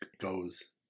goes